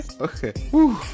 Okay